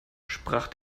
sprach